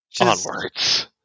onwards